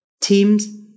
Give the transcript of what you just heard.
Teams